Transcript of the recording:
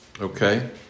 Okay